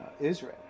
Israel